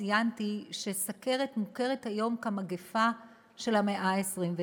וציינתי שסוכרת מוכרת היום כמגפה של המאה ה-21.